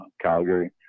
Calgary